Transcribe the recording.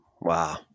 Wow